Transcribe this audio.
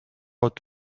out